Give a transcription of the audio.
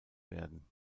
werden